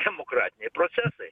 demokratiniai procesai